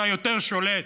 אתה יותר שולט.